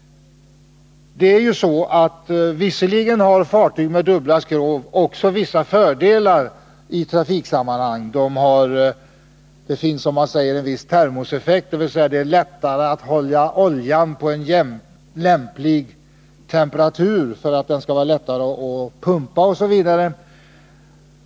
Visserligen har fartyg med dubbla skrov också vissa fördelar i trafiksammanhang — det finns, som man säger, en viss termoseffekt, dvs. det är lättare att hålla oljan på en lämplig temperatur för att den skall vara lätt att pumpa osv.